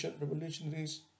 revolutionaries